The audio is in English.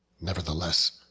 Nevertheless